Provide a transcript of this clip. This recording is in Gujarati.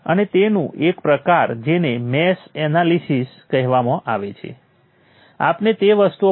હવે આપણે શું ઉકેલવા માગીએ છીએ